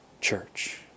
church